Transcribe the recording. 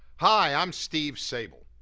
hi, i'm steve sabol.